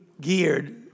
geared